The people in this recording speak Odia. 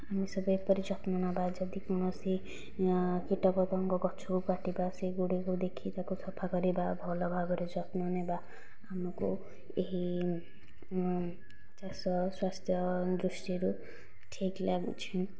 ଏସବୁ ଏପରି ଯତ୍ନ ନେବା ଯଦି କୌଣସି କୀଟପତଙ୍ଗ ଗଛକୁ କାଟିବା ସେଗୁଡ଼ିକୁ ଦେଖି ତାକୁ ସଫା କରିବା ଭଲ ଭାବରେ ଯତ୍ନ ନେବା ଆମକୁ ଏହି ଚାଷ ସ୍ୱାସ୍ଥ୍ୟ ଦୃଷ୍ଟିରୁ ଠିକ ଲାଗୁଛି